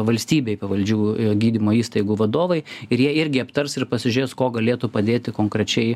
valstybei pavaldžių gydymo įstaigų vadovai ir jie irgi aptars ir pasižiūrės kuo galėtų padėti konkrečiai